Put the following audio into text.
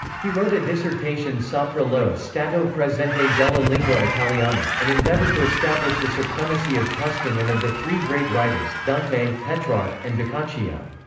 he wrote a dissertation sopra lo stato presente della lingua italiana, and endeavoured to establish the supremacy of tuscan and of the three great writers, dante, petrarch, and boccaccio.